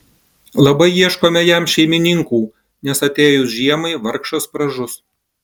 labai ieškome jam šeimininkų nes atėjus žiemai vargšas pražus